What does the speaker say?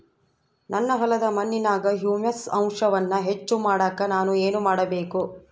ನನ್ನ ಹೊಲದ ಮಣ್ಣಿನಾಗ ಹ್ಯೂಮಸ್ ಅಂಶವನ್ನ ಹೆಚ್ಚು ಮಾಡಾಕ ನಾನು ಏನು ಮಾಡಬೇಕು?